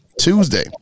Tuesday